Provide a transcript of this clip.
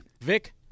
Vic